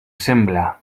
sembla